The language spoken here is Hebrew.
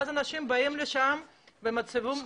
ואז אנשים באים לשם ב --- סליחה,